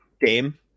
Game